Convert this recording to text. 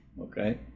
Okay